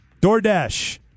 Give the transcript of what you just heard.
DoorDash